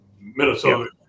Minnesota